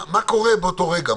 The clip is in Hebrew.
מה קורה באותו רגע?